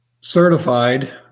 certified